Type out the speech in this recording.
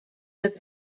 have